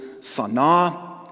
sana